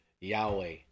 Yahweh